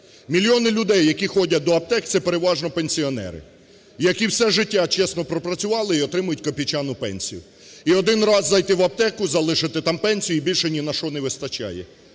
Мільйони людей, які ходять до аптек, це переважно пенсіонери, які все життя чесно пропрацювали і отримують копійчану пенсію. І один раз зайти в аптеку, залишити там пенсію і більше ні на що не вистачає.